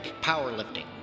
powerlifting